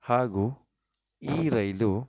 ಹಾಗೂ ಈ ರೈಲು